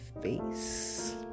face